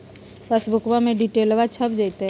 पासबुका में डिटेल्बा छप जयते?